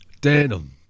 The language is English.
Denim